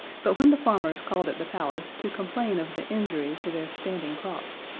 but when the farmers called at the palace to complain of the injury to their standing crops,